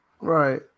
Right